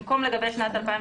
במקום "לגבי שנת 2018"